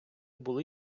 були